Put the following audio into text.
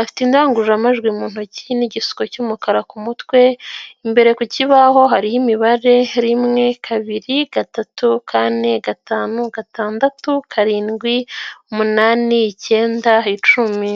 afite indangururamajwi mu ntoki n'igishuko cy'umukara ku mutwe imbere ku kibaho hariho imibare rimwe, kabiri, gatatu, kane, gatanu, gatandatu, karindwi, umunani, icyenda, icumi.